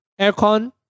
aircon